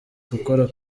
gukora